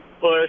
push